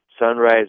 Sunrise